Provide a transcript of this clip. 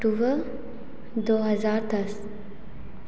अक्टूबर दो हज़ार दस